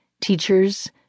Teachers